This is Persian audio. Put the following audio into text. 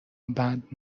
بند